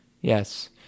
yes